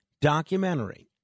documentary